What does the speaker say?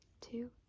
two